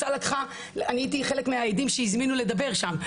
אני הייתי חלק מהעדים שהזמינו לדבר שם.